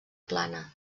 plana